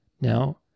Now